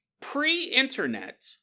pre-internet